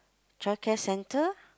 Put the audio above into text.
childcare centre